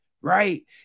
right